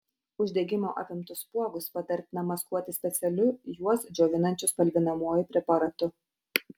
uždegimo apimtus spuogus patartina maskuoti specialiu juos džiovinančiu spalvinamuoju preparatu